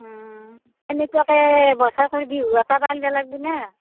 এনেকুৱাকৈ বজাৰ কৰবি